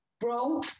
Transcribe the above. Bro